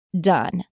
done